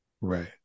Right